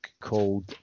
called